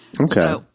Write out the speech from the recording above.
Okay